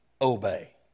obey